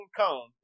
come